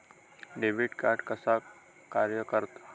Debit card कसा कार्य करता?